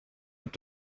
est